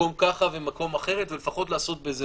מקום ככה ומקום אחרת, לפחות לעשות בזה סדר.